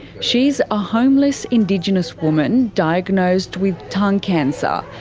she's a homeless indigenous woman diagnosed with tongue cancer.